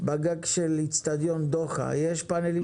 בגג אצטדיון דוחה יש פאנלים סולאריים?